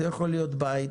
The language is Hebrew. זה יכול להיות בית